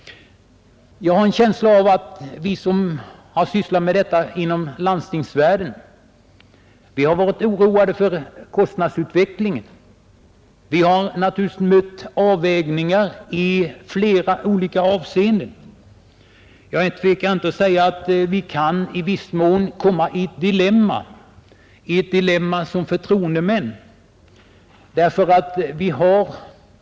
Vi som har sysslat med dessa frågor inom landstingen är oroade för kostnadsutvecklingen, och vi har försökt att göra avvägningar i olika avseenden. Men jag tvekar inte att säga att vi i viss mån kan hamna i ett dilemma som förtroendemän vid dessa avvägningar.